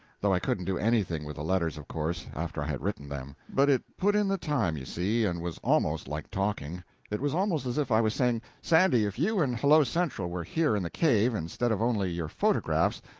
though i couldn't do anything with the letters, of course, after i had written them. but it put in the time, you see, and was almost like talking it was almost as if i was saying, sandy, if you and hello-central were here in the cave, instead of only your photographs,